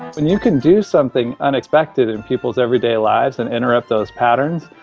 when you can do something unexpected in people's everyday lives and interrupt those patterns,